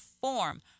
form